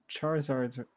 Charizard's